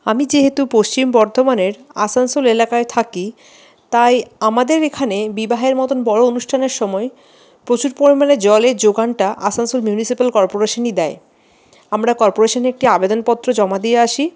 আমি যেহেতু পশ্চিম বর্ধমানের আসানসোল এলাকায় থাকি তাই আমাদের এখানে বিবাহের মতন বড় অনুষ্ঠানের সময় প্রচুর পরিমাণে জলের জোগানটা আসানসোল মিউনিসিপ্যাল কর্পোরেশনই দেয় আমরা কর্পোরেশনে একটি আবেদনপত্র জমা দিয়ে আসি